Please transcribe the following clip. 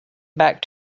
back